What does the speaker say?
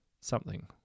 Something